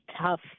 tough